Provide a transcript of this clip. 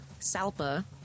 salpa